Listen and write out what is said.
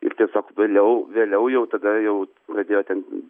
ir tiesiog vėliau vėliau jau tada jau pradėjo ten